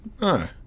No